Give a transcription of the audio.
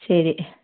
ശരി